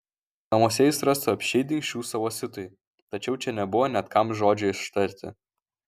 namuose jis rastų apsčiai dingsčių savo siutui tačiau čia nebuvo net kam žodžio ištarti